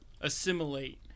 assimilate